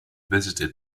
visited